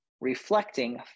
reflecting